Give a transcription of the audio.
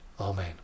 Amen